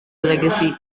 legacy